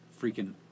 freaking